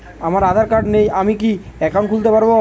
আমার আধার কার্ড নেই আমি কি একাউন্ট খুলতে পারব?